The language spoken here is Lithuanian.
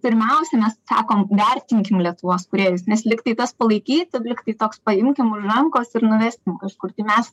pirmiausia mes sakom vertinkim lietuvos kūrėjus nes lyg tai tas palaikyti lyg tai toks paimkim už rankos ir nuveskim kažkur tai mes